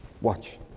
Watch